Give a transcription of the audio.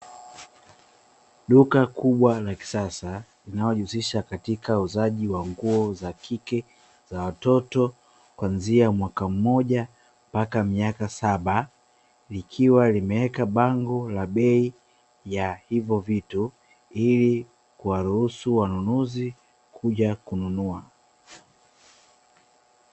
Duka kubwa la kisasa linalojihusisha katika uuzaji wa nguo za kike, za watoto kuanzia mwaka mmoja mpaka miaka saba. Likiwa limeeka bango la bei ya hivyo vitu, ili kuwaruhusu wanunuzi kuja kununua.